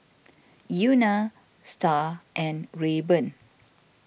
Euna Star and Rayburn